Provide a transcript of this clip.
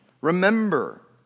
Remember